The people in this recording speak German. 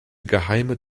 geheime